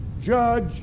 judge